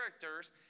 characters